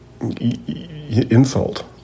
insult